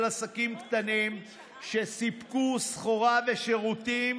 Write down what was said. עסקים קטנים שסיפקו סחורה ושירותים,